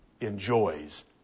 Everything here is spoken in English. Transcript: enjoys